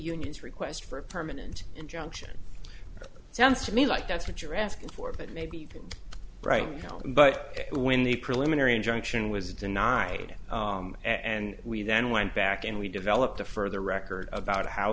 union's request for a permanent injunction it sounds to me like that's what you're asking for but maybe they're right now but when the preliminary injunction was denied and we then went back and we developed a further record about how